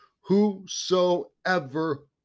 whosoever